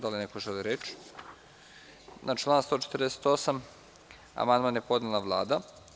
Da li neko želi reč? (Ne.) Na član 148. amandman je podnela Vlada.